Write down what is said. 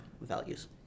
values